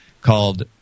called